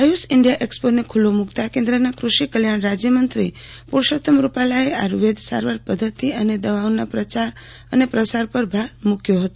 Ayush India એક્ષ્પોને ખુલ્લો મુકતાં કેન્દ્રના ક્રષિ કલ્યાણ રાજ્યમંત્રી શ્રી પરષોત્તમ રુપાલાએ આયુર્વેદ સારવાર પદ્ધતિ અને દવાઓના પ્રચાર પ્રસાર ઉપર ભાર મુક્યો હતો